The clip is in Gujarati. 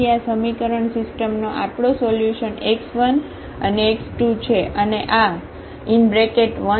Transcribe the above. તેથી આ સમીકરણ સિસ્ટમનો આપણો સોલ્યુશન x1 અને x2 છે અને આ 10T છે